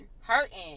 hurting